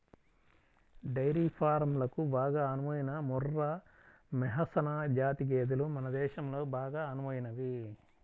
dairy ఫారంలకు బాగా అనువైన ముర్రా, మెహసనా జాతి గేదెలు మన దేశంలో బాగా అనువైనవి